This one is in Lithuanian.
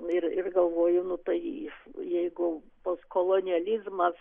ir ir galvoju nu tai jeigu postkolonializmas